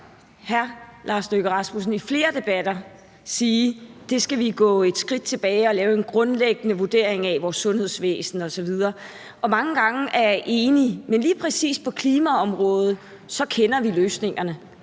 hr. Lars Løkke Rasmussen i flere debatter sige, at vi skal gå et skridt tilbage og lave en grundlæggende vurdering af vores sundhedsvæsen osv., og mange gange er jeg enig. Men lige præcis på klimaområdet kender vi løsningerne,